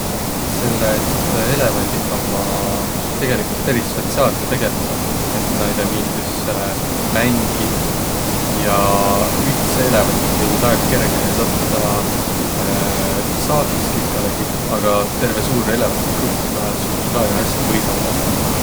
Selle et eelevandiq ommaq tegeligult peris sotsiaalsõq tegeläseq. Et näile miildüs mängiq ja üts eelevant või väega kergehe sattudaq saagis kinkalõgi, aga terve suur eelevantõ grupp suut väega häste võidõldaq.